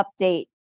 update